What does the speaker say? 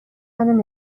منو